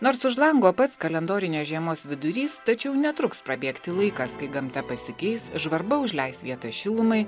nors už lango pats kalendorinės žiemos vidurys tačiau netruks prabėgti laikas kai gamta pasikeis žvarba užleis vietą šilumai